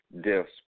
deaths